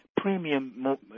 premium